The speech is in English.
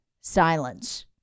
silence